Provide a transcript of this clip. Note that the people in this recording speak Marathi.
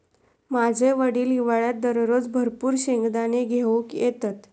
माझे वडील हिवाळ्यात दररोज भरपूर शेंगदाने घेऊन येतत